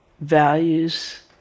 values